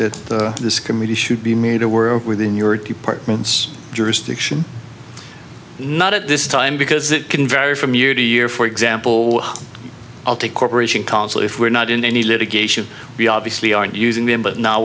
that this committee should be made aware of within your department's jurisdiction not at this time because it can vary from year to year for example i'll take corporation called so if we're not in any litigation we obviously aren't using them but now